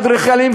אדריכלים,